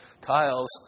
tiles